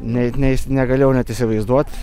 neid neis negalėjau net įsivaizduot